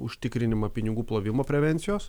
užtikrinimą pinigų plovimo prevencijos